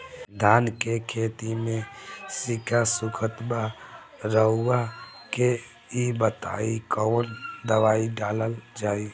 धान के खेती में सिक्का सुखत बा रउआ के ई बताईं कवन दवाइ डालल जाई?